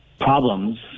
problems